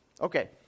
Okay